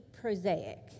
prosaic